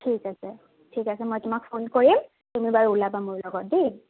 ঠিক আছে ঠিক আছে মই তোমাক ফোন কৰিম তুমি বাৰু ওলাবা মোৰ লগত দেই